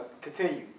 continue